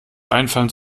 einfallen